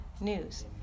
news